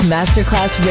Masterclass